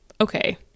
okay